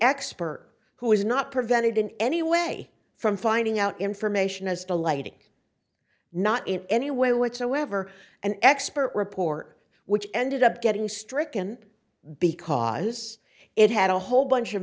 expert who was not prevented in any way from finding out information as to lighting not in any way whatsoever an expert report which ended up getting stricken because it had a whole bunch of